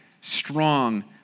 strong